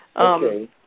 Okay